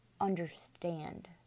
understand